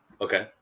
Okay